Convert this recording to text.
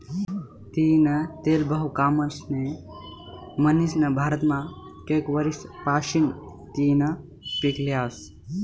तीयीनं तेल बहु कामनं शे म्हनीसन भारतमा कैक वरीस पाशीन तियीनं पिक ल्हेवास